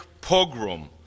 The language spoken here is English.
pogrom